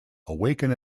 awaken